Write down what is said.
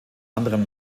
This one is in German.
anderem